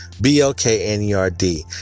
B-L-K-N-E-R-D